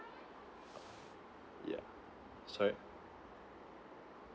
yup sorry